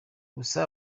gusa